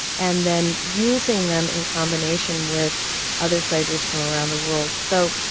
and then using them in combination with other flavors from around the world so